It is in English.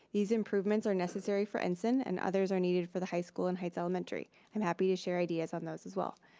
these improvements are necessary for enson and others are needed for the high school and heights elementary. i'm happy to share ideas on those as well.